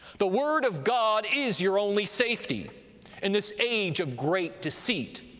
the word of god is your only safety in this age of great deceit.